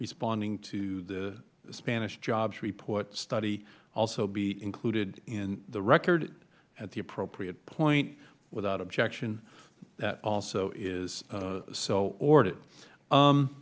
responding to the spanish jobs report study also be included in the record at the appropriate point without objection that also is so ordered